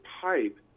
pipe